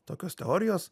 tokios teorijos